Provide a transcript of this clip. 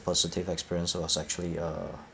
positive experience was actually uh